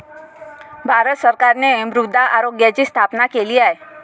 भारत सरकारने मृदा आरोग्याची स्थापना केली आहे